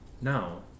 now